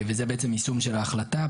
וזה בעצם יישום של ההחלטה,